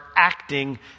acting